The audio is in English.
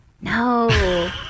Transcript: No